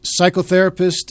psychotherapist